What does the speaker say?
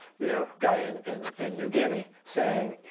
you know guy and in and new guinea saying,